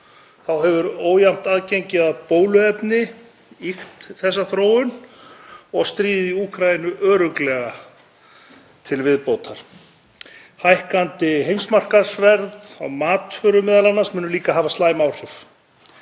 Þá hefur ójafnt aðgengi að bóluefni ýkt þessa þróun og stríðið í Úkraínu örugglega til viðbótar. Hækkandi heimsmarkaðsverð á matvöru mun líka hafa slæm áhrif.